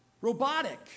robotic